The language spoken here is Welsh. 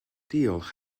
diolch